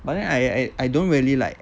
but then I I I don't really like